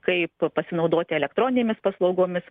kaip pasinaudoti elektroninėmis paslaugomis